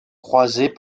croisées